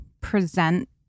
present